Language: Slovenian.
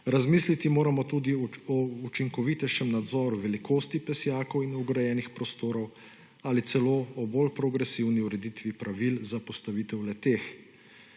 Razmisliti moramo tudi o učinkovitejšem nadzoru velikosti pesjakov in ograjenih prostorov ali celo o bolj progresivni ureditvi pravil za postavitev le-teh.